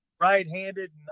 Right-handed